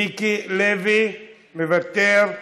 מיקי לוי, מוותר,